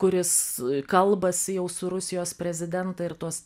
kuris kalbasi jau su rusijos prezidentą ir tuos